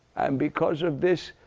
and because of this,